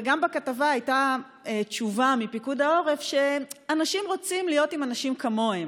וגם בכתבה הייתה תשובה מפיקוד העורף שאנשים רוצים להיות עם אנשים כמוהם.